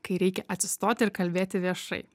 kai reikia atsistoti ir kalbėti viešai